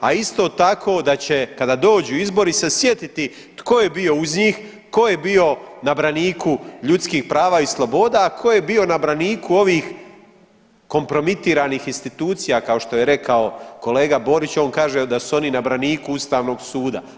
A isto tako kada dođu izbori sjetiti tko je bio uz njih, tko je bio na braniku ljudskih prava i sloboda, a ko je bio na braniku ovih kompromitiranih institucija kao što je rekao kolega Borić, on kaže da su oni na braniku ustavnog suda.